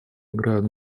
играют